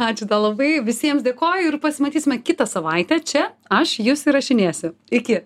ačiū tau labai visiems dėkoju ir pasimatysime kitą savaitę čia aš jus įrašinėsiu iki